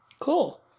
Cool